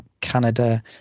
Canada